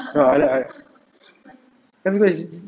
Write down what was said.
ya I'm like oh my god is it